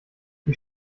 die